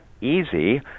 easy